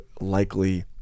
likely